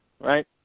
Right